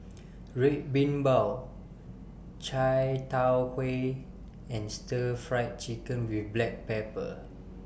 Red Bean Bao Chai Tow Kway and Stir Fried Chicken with Black Pepper